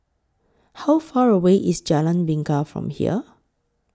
How Far away IS Jalan Bingka from here